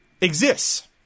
exists